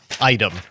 item